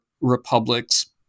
Republic's